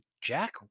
Jack